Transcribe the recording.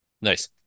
Nice